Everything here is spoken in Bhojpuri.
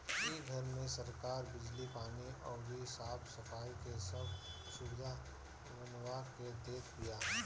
इ घर में सरकार बिजली, पानी अउरी साफ सफाई के सब सुबिधा बनवा के देत बिया